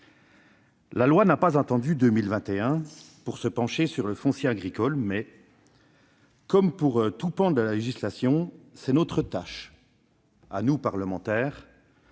n'a pas attendu 2021 pour se pencher sur le foncier agricole, mais, comme pour tout pan de la législation, il nous revient, à nous, parlementaires,